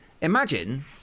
imagine